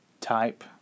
type